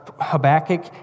Habakkuk